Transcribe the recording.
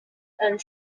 and